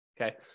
Okay